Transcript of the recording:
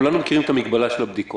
כולנו מכירים את המגבלה של הבדיקות,